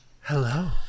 Hello